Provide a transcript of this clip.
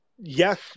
yes